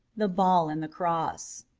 the ball and the cross